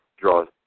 draws